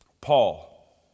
Paul